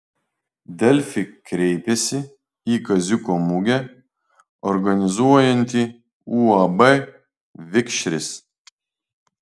delfi kreipėsi į kaziuko mugę organizuojantį uab vikšris